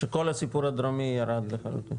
שכל הסיפור הדרומי ירד לחלוטין?